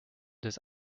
des